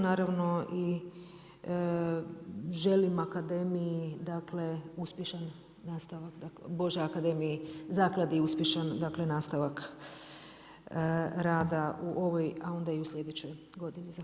Naravno i želim akademiji dakle uspješan nastavak, bože akademiji, zakladi uspješan dakle nastavak rada u ovoj a onda i u sljedećoj godini.